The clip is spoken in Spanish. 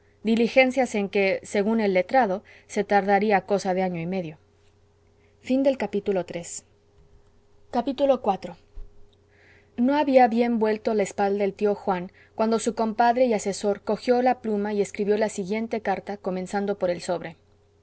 diligencias en que según el letrado se tardaría cosa de año y medio iv no bien había vuelto la espalda el tío juan cuando su compadre y asesor cogió la pluma y escribió la siguiente carta comenzando por el sobre